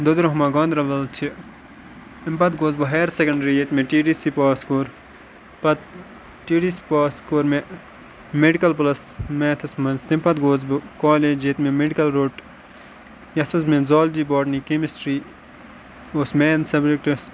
دٔدرہُمہ گاندَربَل چھِ تمہِ پَتہٕ گوس بہٕ ہایر سکیٚنٛڈرٛی ییٚتہِ مےٚ ٹی ڈی سی پاس کوٚر پَتہٕ ٹی ڈی سی پاس کوٚر مےٚ میٚڈِکَل پٕلَس میتھَس منٛز تمہِ پَتہٕ گوس بہٕ کالج ییٚتہِ مےٚ میٚڈِکَل روٚٹ یَتھ منٛز مےٚ زالجی باٹنی کیٚمِسٹِرٛی اوس مین سَبجَکٹٕس